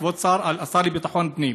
כבוד השר לביטחון פנים.